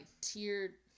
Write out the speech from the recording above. tiered